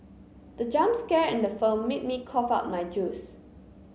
the jump scare in the film made me cough out my juice